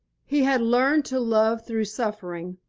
he had learned to love through suffering,